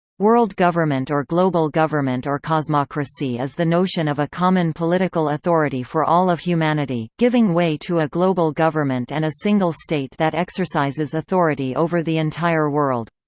world government or global government or cosmocracy is the notion of a common political authority for all of humanity, giving way to a global government and a single state that exercises authority over the entire world.